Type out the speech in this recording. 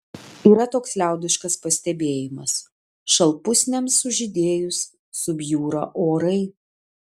yra toks liaudiškas pastebėjimas šalpusniams sužydėjus subjūra orai